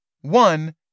One